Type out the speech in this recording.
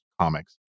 comics